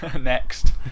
next